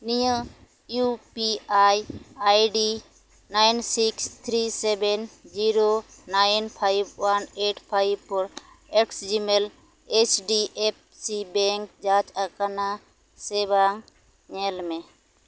ᱱᱤᱭᱟᱹ U P I ID nine six three seven zero nine five one eight five four example H D F C bank ᱡᱟᱸᱪ ᱟᱠᱟᱱᱟ ᱥᱮ ᱵᱟᱝ ᱧᱮᱞ ᱢᱮ